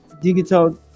digital